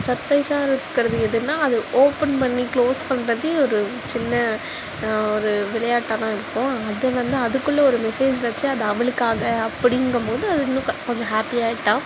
சர்ப்ரைஸாக இருக்கிறது எதுனால் அது ஓப்பன் பண்ணி க்ளோஸ் பண்ணுறதே ஒரு சின்ன ஒரு விளையாட்டாகதான் இருக்கும் அது வந்து அதுக்குள்ளே ஒரு மெஸேஜ் வச்சு அது அவளுக்காக அப்படிங்கம்போது அது கொஞ்சம் ஹாப்பியாயிட்டாள்